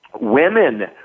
Women